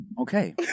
Okay